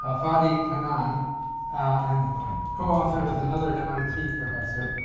ah fadi kanaan and co-authored with another mit professor,